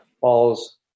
falls